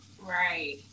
Right